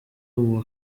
uwa